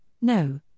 no